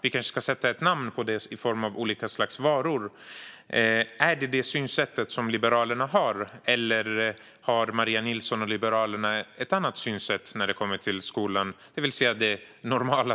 Vi kanske ska benämna det i form av olika slags varor. Är det detta synsätt som Liberalerna har? Eller har Maria Nilsson och Liberalerna ett annat synsätt när det kommer till skolan, det vill säga det normala?